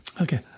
Okay